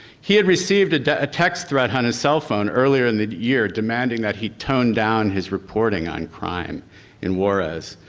he had received a text threat on his cell phone earlier in the year demanding that he tone down his reporting on crime in juarez.